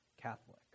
Catholic